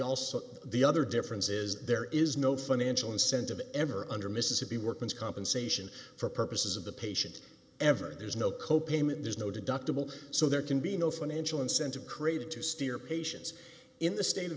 also the other difference is there is no financial incentive to enter under mississippi workman's compensation for purposes of the patient every there's no co payment there's no deductible so there can be no financial incentive created to steer patients in the state of